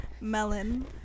Melon